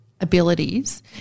abilities